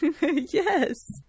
Yes